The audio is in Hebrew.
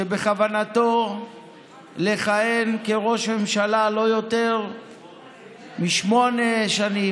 שבכוונתו לכהן כראש ממשלה לא יותר משמונה שנים,